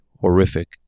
horrific